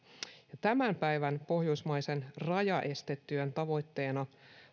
tämän päivän pohjoismaisen rajaestetyön tavoitteena